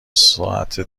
ساعته